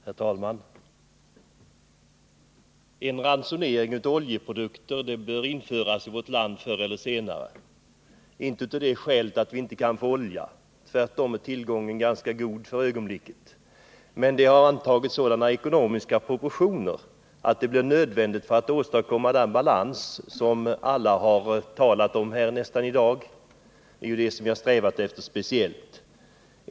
Herr talman! En ransonering av oljeprodukter bör förr eller senare införas i vårt land. Inte av det skälet att vi inte kan få olja — tvärtom är tillgången för ögonblicket ganska god — men oljekostnaderna har. antagit sådana proportioner att en ransonering blir nödvändig för att vi skall kunna åstadkomma den balans som nästan alla i dag har talat om. Det är ju en balans som vi speciellt strävar efter.